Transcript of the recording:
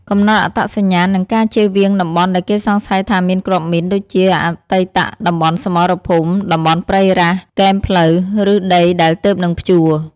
កំណត់អត្តសញ្ញាណ និងការចៀសវាងតំបន់ដែលគេសង្ស័យថាមានគ្រាប់មីន ដូចជាអតីតតំបន់សមរភូមិ តំបន់ព្រៃរ៉ាស់ គែមផ្លូវ ឬដីដែលទើបនឹងភ្ជួរ។